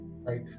Right